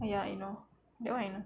!aiya! I know that [one] I know